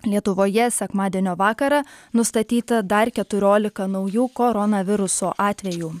lietuvoje sekmadienio vakarą nustatyta dar keturiolika naujų koronaviruso atvejų